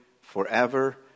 forever